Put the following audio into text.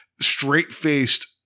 straight-faced